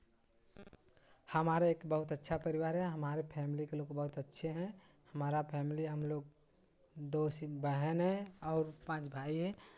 हमारे एक बहुत अच्छा परिवार है हमारे फैमिली के लोग बहुत अच्छे हैं हमारा फैमिली हमलोग दो सिर्फ बहन हैं और पांच भाई है